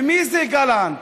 ומי זה גלנט?